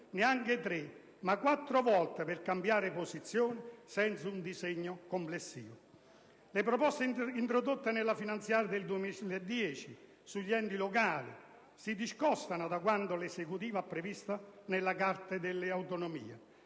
neanche tre, ma quattro volte per cambiare posizione, senza un disegno complessivo. Le proposte introdotte nella finanziaria 2010 sugli enti locali si discostano da quanto l'Esecutivo ha previsto nella Carta delle autonomie.